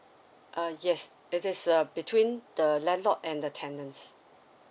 uh yes it is uh between the landlord and the tenants